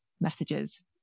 messages